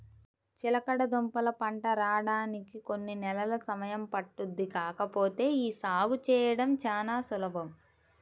చిలకడదుంపల పంట రాడానికి కొన్ని నెలలు సమయం పట్టుద్ది కాకపోతే యీ సాగు చేయడం చానా సులభం